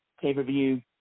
pay-per-view